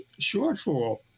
shortfall